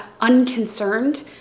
unconcerned